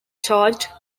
charged